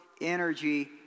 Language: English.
energy